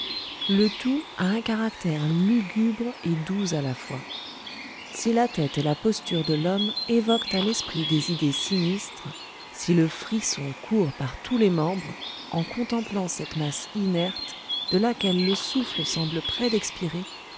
le tout a un caractère lugubre et doux à la fois si la tête et la posture de l'homme évoquent à l'esprit des idées sinistres si le frisson court par tous les membres en contemplant cette masse inerte de laquelle le souffle semble près d'expirer